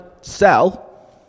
sell